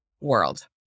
world